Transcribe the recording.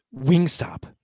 Wingstop